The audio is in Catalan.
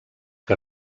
que